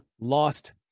lost